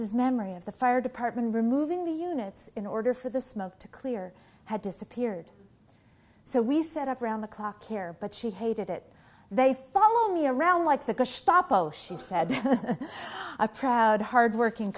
's memory of the fire department removing the units in order for the smoke to clear had disappeared so we set up around the clock care but she hated it they follow me around like the gestapo she said a proud hard working